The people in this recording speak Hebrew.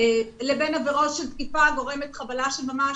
לבין עבירות של תקיפה הגורמת חבלה של ממש